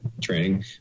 training